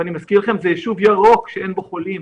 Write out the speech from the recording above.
ואני מזכיר לכם, זה יישוב ירוק שאין בו חולים.